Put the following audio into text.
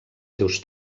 seus